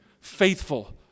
faithful